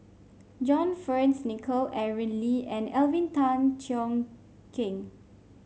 John Fearns Nicoll Aaron Lee and Alvin Tan Cheong Kheng